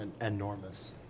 enormous